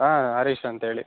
ಹಾಂ ಹರೀಶ್ ಅಂತೇಳಿ